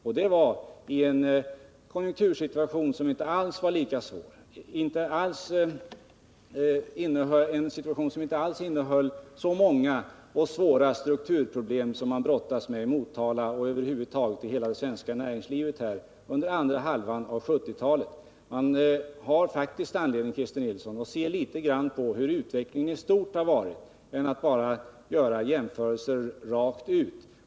Det var dessutom i en konjunktursituation som inte alls var lika svår som den nuvarande och som inte alls innehöll så många och svåra strukturproblem som man under den senare delen av 1970-talet brottats med i exempelvis Motala och inom hela det svenska näringslivet över huvud taget. Det finns, Christer Nilsson, anledning att se något på hur utvecklingen har varit i stort i stället för att bara göra jämförelser rakt över.